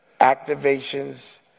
activations